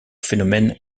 phénomène